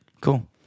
Cool